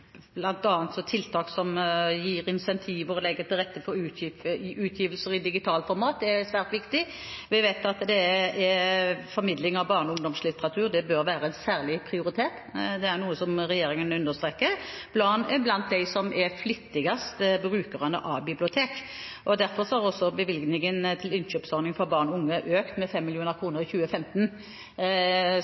svært viktig. Vi vet at formidling av barne- og ungdomslitteratur bør være særlig prioritert. Det er noe regjeringen understreker overfor de flittigste brukerne av bibliotek. Derfor har også bevilgningen til innkjøpsordningen for barn og unge økt med 5 mill. kr i 2015,